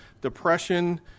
depression